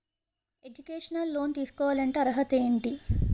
Educational loan తీసుకోవాలంటే అర్హత ఏంటి?